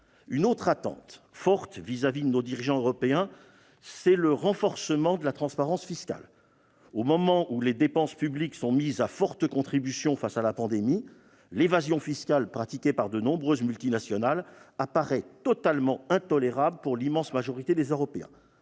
Une autre attente forte vis-à-vis de nos dirigeants européens, c'est le renforcement de la transparence fiscale. Au moment où les dépenses publiques sont mises à forte contribution face à la pandémie, l'évasion fiscale pratiquée par de nombreuses multinationales apparaît totalement intolérable pour l'immense majorité des Européens.